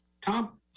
Tom